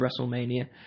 WrestleMania